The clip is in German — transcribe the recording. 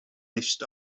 nicht